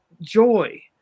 joy